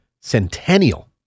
centennial